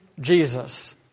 Jesus